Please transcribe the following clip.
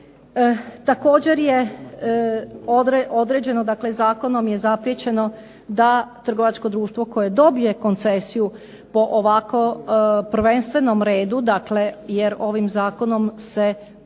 Također je određeno, dakle zakonom je zapriječeno da trgovačko društvo koje dobije koncesiju po ovako prvenstvenom redu, dakle jer ovim zakonom se za